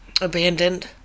abandoned